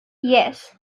yes